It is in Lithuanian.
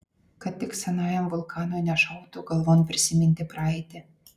kad tik senajam vulkanui nešautų galvon prisiminti praeitį